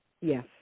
Yes